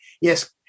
yes